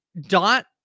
dot